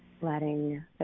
letting